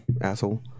Asshole